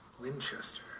Winchester